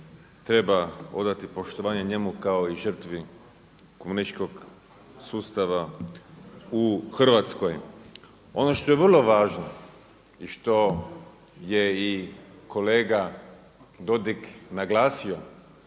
treba odati poštovanje njemu kao i žrtvi komunističkog sustava u Hrvatskoj. Ono što je vrlo važno i što je i kolega Dodig naglasio